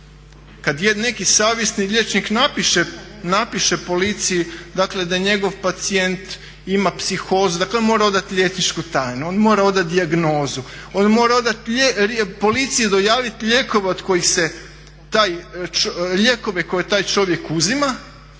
Kad neki savjesni liječnik napiše policiji dakle da njegov pacijent ima psihozu, dakle on mora odat liječničku tajnu, on mora odat dijagnozu, on mora odat policiji dojavit lijekove koje taj čovjek uzima,